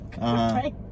right